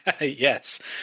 Yes